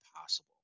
possible